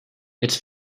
its